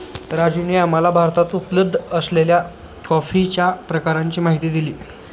राजूने आम्हाला भारतात उपलब्ध असलेल्या कॉफीच्या प्रकारांची माहिती दिली